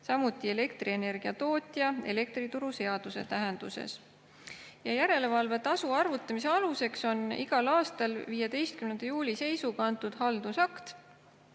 samuti elektrienergiatootja elektrituruseaduse tähenduses. Järelevalvetasu arvutamise aluseks on igal aastal 15. juuli seisuga Konkurentsiameti